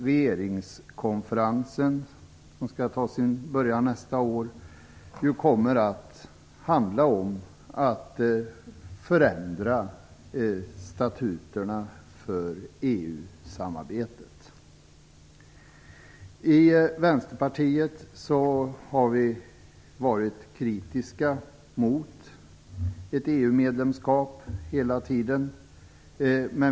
Regeringskonferensen, som skall ta sin början nästa år, kommer att handla om att förändra statuterna för EU Vi i Vänsterpartiet har varit kritiska mot EU medlemskap hela tiden.